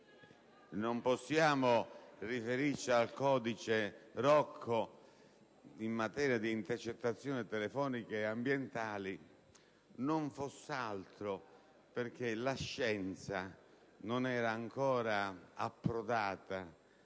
non possiamo riferirci al codice Rocco in materia di intercettazioni telefoniche ed ambientali, non fosse altro perché la scienza non era ancora approdata